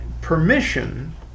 permission